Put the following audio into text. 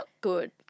good